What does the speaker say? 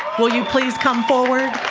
will you please come forward?